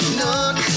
nook